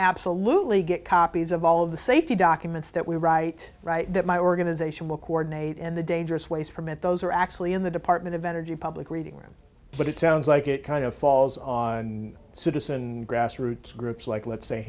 absolutely get copies of all of the safety documents that we write that my organization will coordinate in the dangerous ways from it those are actually in the department of energy public reading room but it sounds like it kind of falls on citizen grassroots groups like let's say